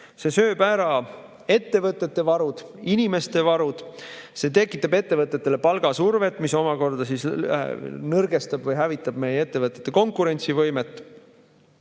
see sööb ära ettevõtete ja inimeste varud. See tekitab ettevõtetele palgasurvet, mis omakorda nõrgestab või hävitab meie ettevõtete konkurentsivõimet.